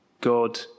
God